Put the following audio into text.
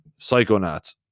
Psychonauts